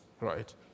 Right